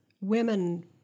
Women